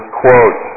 quote